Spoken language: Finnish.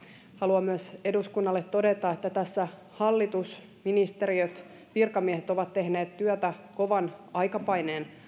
haluan eduskunnalle todeta myös että tässä hallitus ministeriöt ja virkamiehet ovat tehneet työtä kovan aikapaineen